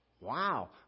Wow